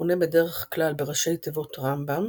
המכונה בדרך כלל בראשי תיבות רמב"ם